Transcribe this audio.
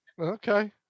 Okay